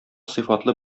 сыйфатлы